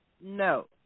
No